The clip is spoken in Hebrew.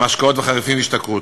משקאות חריפים והשתכרות.